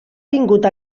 vingut